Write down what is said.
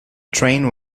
train